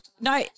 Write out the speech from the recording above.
no